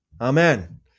Amen